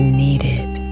needed